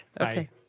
Okay